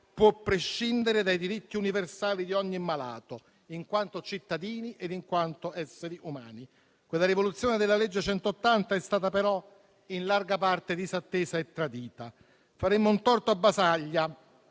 prescindere dai diritti universali di ogni malato in quanto cittadino e in quanto essere umano. Quella rivoluzione della legge n. 180 del 1978 è stata, però, in larga parte disattesa e tradita. Faremmo un torto a Basaglia